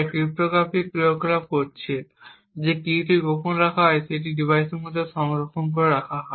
যা ক্রিপ্টোগ্রাফিক ক্রিয়াকলাপ করছে যে কীটি গোপন রাখা হয় সেটি ডিভাইসের মধ্যে সংরক্ষণ করা হয়